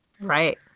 Right